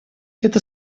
это